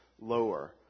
lower